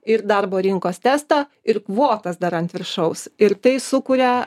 ir darbo rinkos testą ir kvotas dar ant viršaus ir tai sukuria